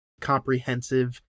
Comprehensive